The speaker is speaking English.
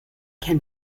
can